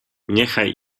niechaj